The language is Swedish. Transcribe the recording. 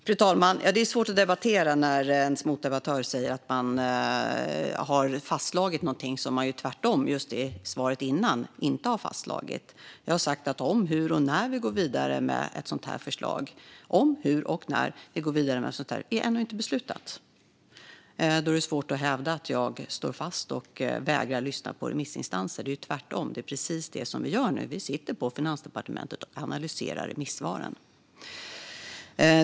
Fru talman! Det är svårt att debattera när ens motdebattör säger att man har fastslagit något som man tvärtom svarat att man inte har fastslagit. Jag har sagt att om, hur och när vi går vidare med ett sådant förslag - om, hur och när vi går vidare - ännu inte är beslutat. Då är det svårt att hävda att jag står fast och vägrar lyssna på remissinstanser. Tvärtom är det precis det vi gör nu - vi sitter på Finansdepartementet och analyserar remissvaren.